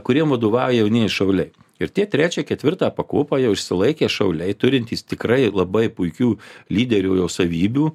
kuriem vadovauja jaunieji šauliai ir tie trečią ketvirtą pakopą jau išsilaikę šauliai turintys tikrai labai puikių lyderio savybių